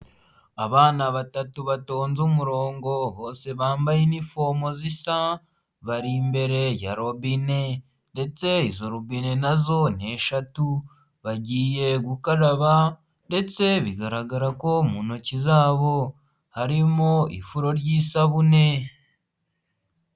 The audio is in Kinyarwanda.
Abana batatu batonze umurongo bose bambaye inifomo zisa, bari imbere ya robine ndetse izo robine na zo ni eshatu, bagiye gukaraba ndetse bigaragara ko mu ntoki zabo harimo ifuro ry'isabune.